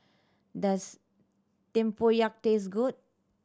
does tempoyak taste good